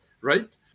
right